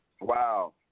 Wow